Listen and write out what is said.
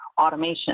automation